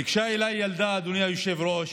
ניגשה אליי ילדה, אדוני היושב-ראש,